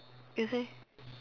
you say